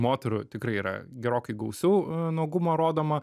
moterų tikrai yra gerokai gausiau nuogumo rodoma